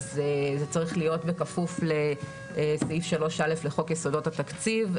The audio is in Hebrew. אז זה צריך להיות בכפוף לסעיף 3א לחוק יסודות התקציב.